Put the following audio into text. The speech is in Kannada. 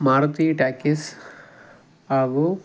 ಮಾರುತಿ ಟಾಕೀಸ್ ಹಾಗೂ